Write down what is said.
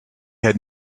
had